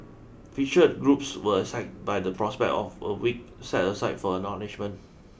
featured groups were excited by the prospect of a week set aside for acknowledgement